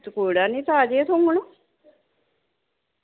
ते कोई डर निं तां केह् ऐ थुआनूं मड़ो